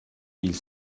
mille